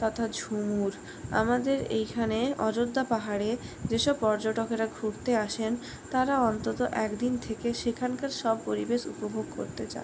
তথা ঝুমুর আমাদের এইখানে অযোধ্যা পাহাড়ে যেসব পর্যটকেরা ঘুরতে আসেন তারা অন্তত একদিন থেকে সেখানকার সব পরিবেশ উপভোগ করতে চান